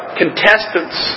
contestants